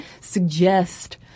suggest